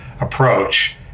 approach